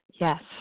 Yes